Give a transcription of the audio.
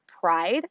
pride